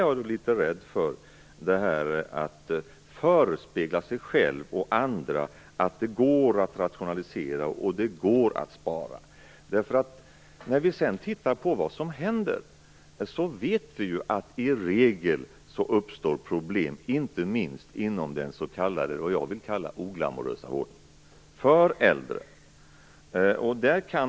Jag är litet rädd för detta att man förespeglar sig själv och andra att det går att rationalisera, att det går att spara. Vi vet att det sedan i regel uppstår problem, inte minst inom den s.k. oglamorösa vården, för äldre.